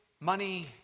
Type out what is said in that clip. money